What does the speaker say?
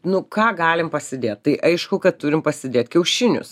nu ką galim pasidėt tai aišku kad turim pasidėt kiaušinius